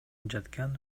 жаткан